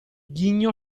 ghigno